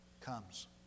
comes